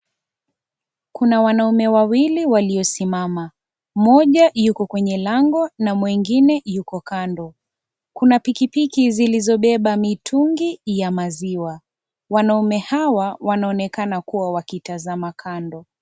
Kuna wanaume wawili waliosimama. Mmoja yuko kwenye lango na mwingine yuko kando. Kuna pikipiki zilizobeba mitungi ya maziwa. Wanaume hawa wanaonekana kuwa wakitazama kando.